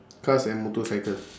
cars and motorcycle